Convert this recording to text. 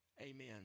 Amen